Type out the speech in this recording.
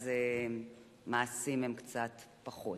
אז המעשים הם קצת פחות.